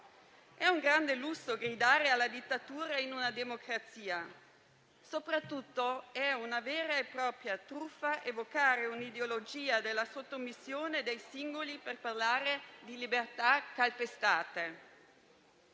È un grande lusso gridare alla dittatura in una democrazia; soprattutto è una vera e propria truffa evocare un'ideologia della sottomissione dei singoli per parlare di libertà calpestate.